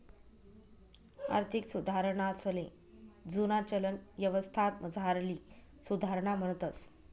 आर्थिक सुधारणासले जुना चलन यवस्थामझारली सुधारणा म्हणतंस